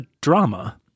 drama